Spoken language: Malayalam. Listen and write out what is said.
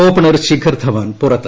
ഓപണർ ശിഖർ ധവാൻ പുറത്ത്